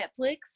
Netflix